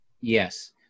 yes